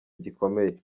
gikomeye